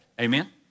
Amen